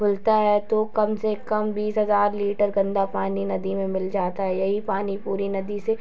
खुलता है तो कम से कम बीस हज़ार लीटर गंदा पानी नदी में मिल जाता है यही पानी पूरी नदी से